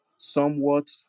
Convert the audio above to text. somewhat